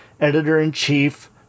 editor-in-chief